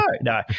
No